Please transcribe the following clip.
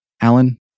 Alan